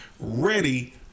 ready